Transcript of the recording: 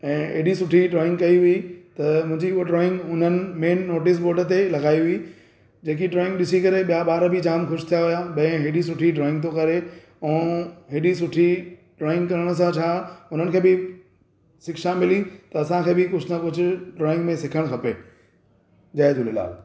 ऐं एॾी सुठी ड्रॉइंग कई हुई त मुंहिंजी हूअ ड्रॉइंग उन्हनि मेन नोटिस बोर्ड ते लॻाई हुई जेकि ड्रॉइंग ॾिसी करे ॿिया ॿार बि जाम ख़ुशि थिया हुया त हीअ एॾी सुठी ड्रॉइंग थो करे ऐं एॾी सुठी ड्रॉइंग करण सां छा उन्हनि खे बि शिक्षा मिली त असांखे बि कुझु न कुझु ड्रॉइंग में सिखणु खपे जय झूलेलाल